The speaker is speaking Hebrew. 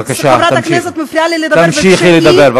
בבקשה, תמשיכי לדבר.